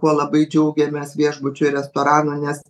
kuo labai džiaugiamės viešbučių ir restoranų nes